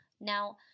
now